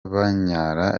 banyara